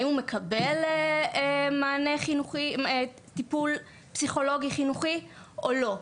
האם הוא מקבל טיפול פסיכולוגי חינוכי או לא?